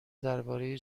درباره